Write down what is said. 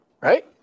Right